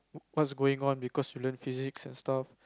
what's going on because you learn physics and stuff